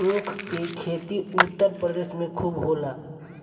ऊख के खेती उत्तर प्रदेश में खूब होला